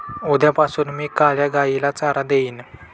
उद्यापासून मी काळ्या गाईला चारा देईन